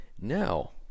Now